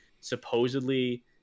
supposedly